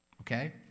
Okay